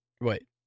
Wait